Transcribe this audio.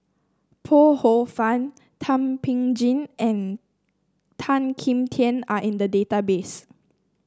Ho Poh Fun Thum Ping Tjin and Tan Kim Tian are in the database